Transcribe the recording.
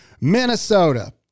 Minnesota